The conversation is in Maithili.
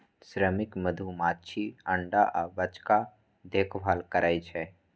श्रमिक मधुमाछी अंडा आ बच्चाक देखभाल करै छै